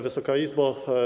Wysoka Izbo!